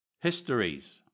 histories